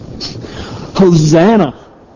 Hosanna